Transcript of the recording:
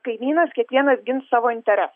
kaimynas kiekvienas gins savo interesą